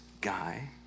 guy